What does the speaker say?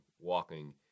walking